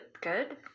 good